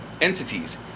entities